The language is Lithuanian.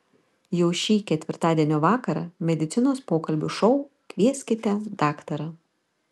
jau šį ketvirtadienio vakarą medicinos pokalbių šou kvieskite daktarą